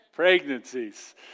pregnancies